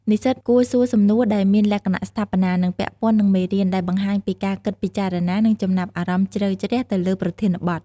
និស្សិតគួរសួរ សំណួរដែលមានលក្ខណៈស្ថាបនា និងពាក់ព័ន្ធនឹងមេរៀន ដែលបង្ហាញពីការគិតពិចារណា និងចំណាប់អារម្មណ៍ជ្រៅជ្រះទៅលើប្រធានបទ។